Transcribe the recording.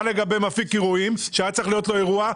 לגבי מפיק אירועים שהיה צריך להיות לו אירוע,